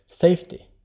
safety